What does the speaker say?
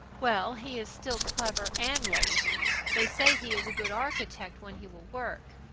well, he is still clever and lazy. they say he is a good architect when he will work.